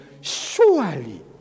surely